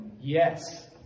Yes